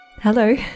hello